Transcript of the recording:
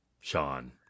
Sean